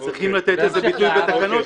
אז צריך לתת לזה ביטוי בתקנות,